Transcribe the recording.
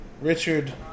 Richard